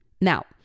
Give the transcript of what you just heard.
Now